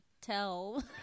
tell